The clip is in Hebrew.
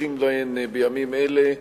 נדרשים להן בימים אלה,